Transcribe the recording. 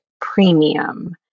Premium